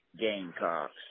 Gamecocks